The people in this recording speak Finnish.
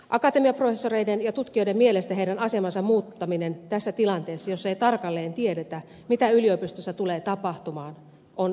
akatemiaprofessoreiden ja tutkijoiden mielestä heidän asemansa muuttaminen tässä tilanteessa jossa ei tarkalleen tiedetä mitä yliopistossa tulee tapahtumaan on hätiköityä